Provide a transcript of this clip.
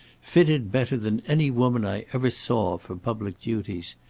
fitted better than any woman i ever saw, for public duties.